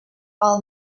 all